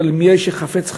אבל "מי האיש החפץ חיים".